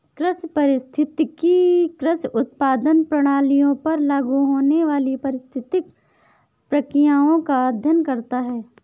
कृषि पारिस्थितिकी कृषि उत्पादन प्रणालियों पर लागू होने वाली पारिस्थितिक प्रक्रियाओं का अध्ययन करता है